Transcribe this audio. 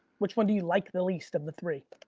which one do you like the least of the three?